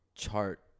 chart